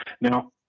Now